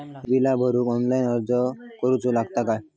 ही बीला भरूक ऑनलाइन अर्ज करूचो लागत काय?